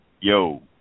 yo